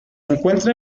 encuentra